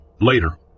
Later